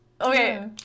Okay